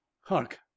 hark